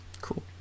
cool